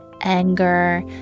anger